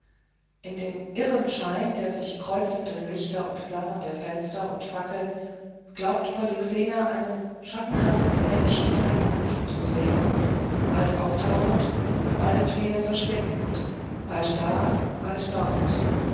in dem irren schein der sich kreuzenden lichter und flammen der fenster und fackeln glaubt polyxena einen schattenhaften menschen dahinhuschen zu sehen bald auftauchend bald wieder verschwindend bald da bald dort